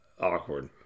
awkward